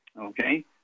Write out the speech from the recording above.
Okay